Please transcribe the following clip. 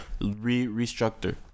Restructure